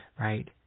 right